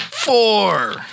Four